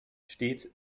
steht